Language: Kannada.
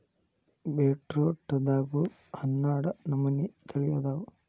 ಬೇಟ್ರೂಟದಾಗು ಹನ್ನಾಡ ನಮನಿ ತಳಿ ಅದಾವ